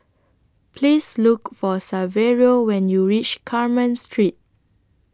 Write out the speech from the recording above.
Please Look For Saverio when YOU REACH Carmen Street